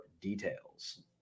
details